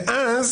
ואז